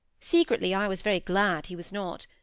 secretly i was very glad he was not.